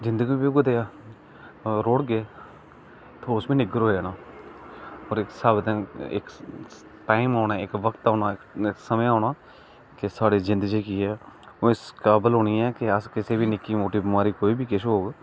जिंद गी बी उऐ जेहा रोडगे ते उस बी निगर होई जाना पर इक स्हाब ते इक टाइम औना इक बक्त औना इक समय औना कि साढ़े जिंद जेहकी ऐ ओह् इस काबल होनी ऐ कि अस किसे बी निक्की मोटी बिमारी कोई बी किश होग